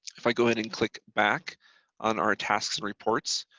if i go ahead and click back on our tasks reports,